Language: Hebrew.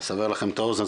אני אסבר לכם את האוזן,